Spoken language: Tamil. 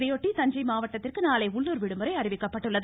இதையொட்டி மாவட்டத்திற்கு தஞ்சை நாளை உள்ளுர் விடுமுறை அறிவிக்கப்பட்டுள்ளது